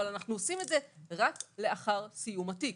אבל אנחנו עושים את זה רק לאחר סיום התיק.